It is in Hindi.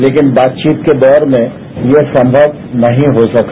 लेकिन बातचीत के दौर में यह संभव नहीं हो सका